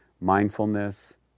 Mindfulness